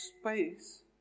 space